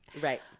Right